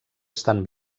estan